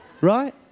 Right